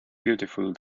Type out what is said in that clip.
beautiful